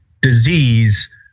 disease